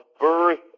birth